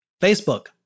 Facebook